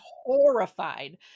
horrified